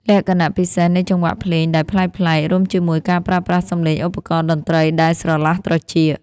លក្ខណៈពិសេសនៃចង្វាក់ភ្លេងដែលប្លែកៗ រួមជាមួយការប្រើប្រាស់សំឡេងឧបករណ៍តន្ត្រីដែលស្រឡះត្រចៀក